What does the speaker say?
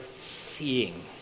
seeing